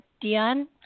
Dion